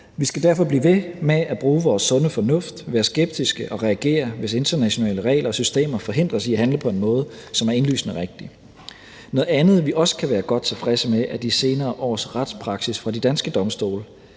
Vi skal derfor blive ved med at bruge vores sunde fornuft, være skeptiske og reagere, hvis internationale regler og systemer forhindrer os i at handle på en måde, som er indlysende rigtig. Noget andet, vi også kan være godt tilfredse med, er de senere års retspraksis fra de danske domstole.